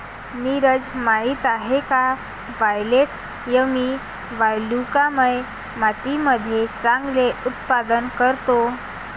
नीरज माहित आहे का वायलेट यामी वालुकामय मातीमध्ये चांगले उत्पादन करतो?